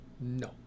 No